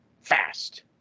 fast